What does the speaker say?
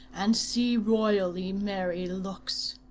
and see royally merry looks.